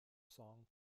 song